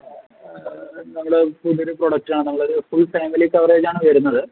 നമ്മള് കൂടുതല് പ്രോഡക്ടാണ് എന്നുള്ള ഒരു ഫുൾ ഫാമിലി കവറേജ് ആണ് വരുന്നത്